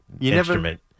Instrument